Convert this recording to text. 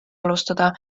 alustada